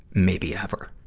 maybe ever.